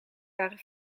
waren